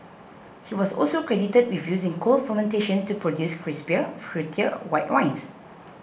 he was also credited with using cold fermentation to produce crisper fruitier white wines